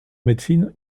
médecine